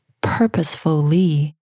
purposefully